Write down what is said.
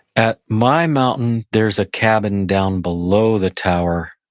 at my mountain, there's a cabin down below the tower,